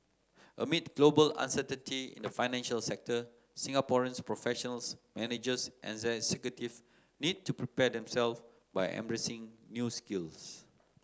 amid global uncertainty in the financial sector Singaporean professionals managers and executive need to prepare themselves by embracing new skills